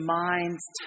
mind's